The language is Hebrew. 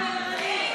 אלי,